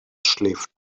schläft